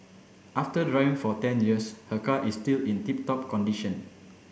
after driving for ten years her car is still in tip top condition